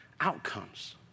outcomes